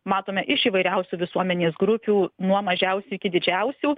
matome iš įvairiausių visuomenės grupių nuo mažiausių iki didžiausių